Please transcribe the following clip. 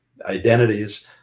identities